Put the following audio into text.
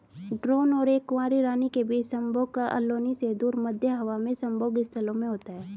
drone और एक कुंवारी रानी के बीच संभोग कॉलोनी से दूर, मध्य हवा में संभोग स्थलों में होता है